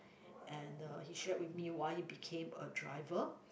and uh he shared with me why he became a driver